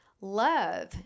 Love